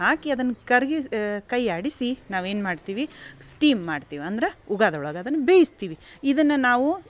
ಹಾಕಿ ಅದನ್ನು ಕರಗಿ ಕೈಯಾಡಿಸಿ ನಾವೇನು ಮಾಡ್ತೀವಿ ಸ್ಟೀಮ್ ಮಾಡ್ತೀವಿ ಅಂದ್ರೆ ಉಗಾದೊಳಗೆ ಅದನ್ನು ಬೇಯಿಸ್ತೀವಿ ಇದನ್ನು ನಾವು